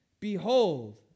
Behold